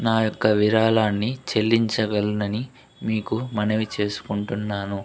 నా యొక్క విరాళాన్ని చెల్లించగలనని మీకు మనవి చేసుకుంటున్నాను